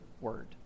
word